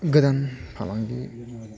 गोदान फालांगि